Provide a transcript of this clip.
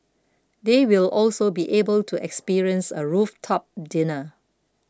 they will also be able to experience a rooftop dinner